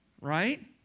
right